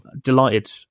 delighted